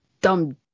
dumb